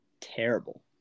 terrible